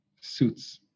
suits